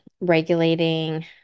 regulating